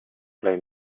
play